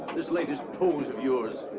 this latest pose of yours.